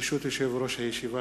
ברשות יושב-ראש הישיבה,